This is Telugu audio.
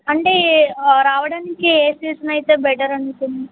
అంటే రావడానికి ఏ స్టేషను అయితే బెటర్ అనుకున్